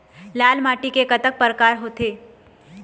लाल माटी के कतक परकार होथे?